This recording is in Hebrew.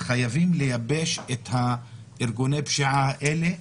חייבים לייבש את ארגוני פשיעה האלה.